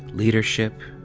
leadership.